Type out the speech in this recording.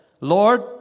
Lord